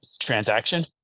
transaction